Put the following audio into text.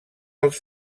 als